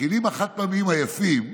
הכלים החד-פעמיים היפים,